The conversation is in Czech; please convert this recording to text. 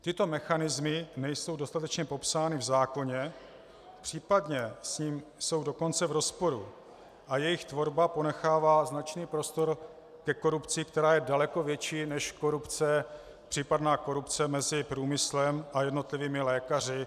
Tyto mechanismy nejsou dostatečně popsány v zákoně, případně jsou s ním dokonce v rozporu a jejich tvorba ponechává značný prostor ke korupci, která je daleko větší než případná korupce mezi průmyslem a jednotlivými lékaři.